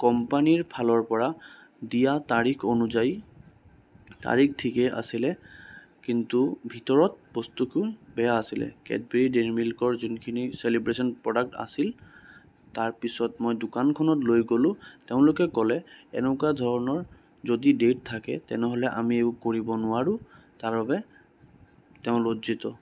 কোম্পানীৰ ফালৰ পৰা দিয়া তাৰিখ অনুযায়ী তাৰিখ ঠিকেই আছিলে কিন্তু ভিতৰত বস্তুটো বেয়া আছিলে কেডবেৰী ডেইৰী মিল্কৰ যোনখিনি চেলিব্ৰেশ্যন প্ৰডাক্ট আছিল তাৰপিছত মই দোকানখনত লৈ গ'লোঁ তেওঁলোকে ক'লে এনেকুৱা ধৰণৰ যদি ডেট থাকে তেনেহ'লে আমি একো কৰিব নোৱাৰোঁ তাৰবাবে তেওঁ লজ্জিত